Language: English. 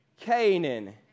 Canaan